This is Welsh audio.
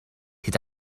hyd